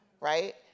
right